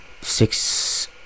six